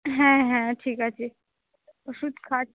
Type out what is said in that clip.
হ্যাঁ হ্যাঁ ঠিক আছে ওষুধ খা